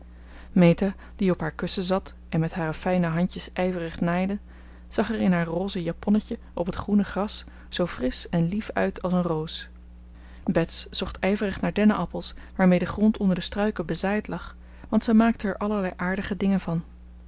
meta die op haar kussen zat en met hare fijne handjes ijverig naaide zag er in haar rose japonnetje op het groene gras zoo frisch en lief uit als een roos bets zocht ijverig naar dennenappels waarmee de grond onder de struiken bezaaid lag want zij maakte er allerlei aardige dingen van